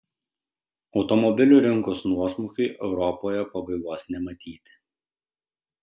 automobilių rinkos nuosmukiui europoje pabaigos nematyti